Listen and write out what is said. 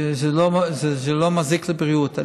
שזה לא מזיק לבריאות.